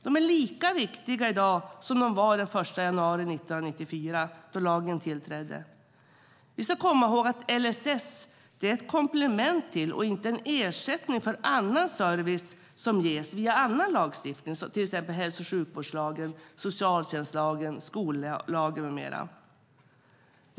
De är lika viktiga i dag som de var den 1 januari 1994 då lagen trädde i kraft. Vi ska komma ihåg att LSS är ett komplement till och inte en ersättning för annan service som ges via annan lagstiftning, till exempel hälso och sjukvårdslagen, socialtjänstlagen, skollagen med mera.